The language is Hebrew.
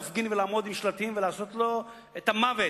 להפגין ולעמוד עם שלטים ולעשות לו את המוות,